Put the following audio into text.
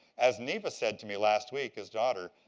as neva said to me last week, his daughter,